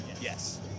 Yes